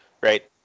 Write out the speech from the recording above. Right